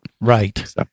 Right